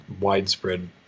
widespread